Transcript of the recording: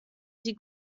sie